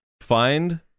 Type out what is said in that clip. find